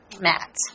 Matt